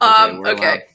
Okay